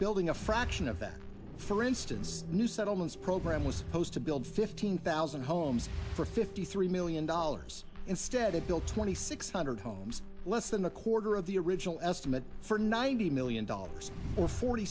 building a fraction of that for instance new settlements program was supposed to build fifteen thousand homes for fifty three million dollars instead it built twenty six hundred homes less than a quarter of the original estimate for ninety million dollars or forty